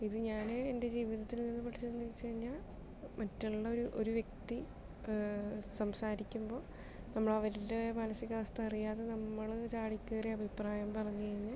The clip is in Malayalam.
ഇത് ഞാൻ എൻ്റെ ജീവിതത്തിൽ നിന്ന് പഠിച്ചതെന്ന് വെച്ച് കഴിഞ്ഞാൽ മറ്റുള്ള ഒരു ഒരു വ്യക്തി സംസാരിക്കുമ്പോൾ നമ്മൾ അവരുടെ മാനസികാവസ്ഥ അറിയാതെ നമ്മൾ ചാടിക്കയറി അഭിപ്രായം പറഞ്ഞു കഴിഞ്ഞാൽ